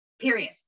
period